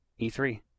E3